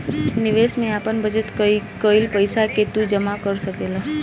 निवेश में आपन बचत कईल पईसा के तू जमा कर सकेला